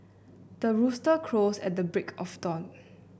the rooster crows at the break of dawn